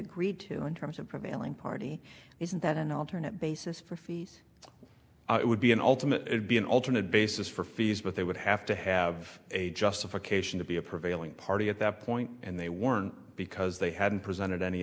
agreed to in terms of prevailing party isn't that an alternate basis for fees it would be an ultimate be an alternate basis for fees but they would have to have a justification to be a prevailing party at that point and they weren't because they hadn't presented any